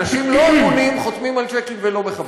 אנשים לא הגונים חותמים על צ'קים ולא מכבדים.